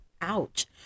Ouch